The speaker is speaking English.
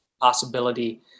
possibility